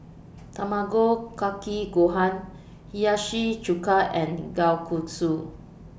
Tamago Kake Gohan Hiyashi Chuka and Kalguksu